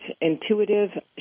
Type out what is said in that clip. intuitive